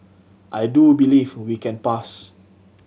I do believe we can pass